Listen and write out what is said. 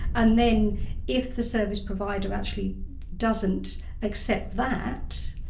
and then if the service provider actually doesn't accept that,